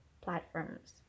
platforms